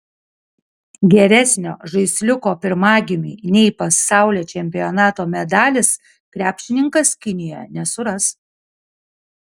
geresnio žaisliuko pirmagimiui nei pasaulio čempionato medalis krepšininkas kinijoje nesuras